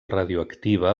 radioactiva